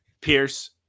Pierce